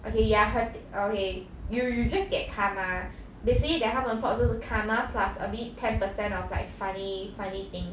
okay ya hurti~ okay you you just karma they say that 他们的 plot 就是 karma plus a bit ten percent of like funny funny thing